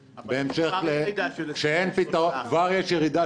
כבר יש ירידה של 23%. כבר יש ירידה